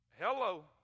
Hello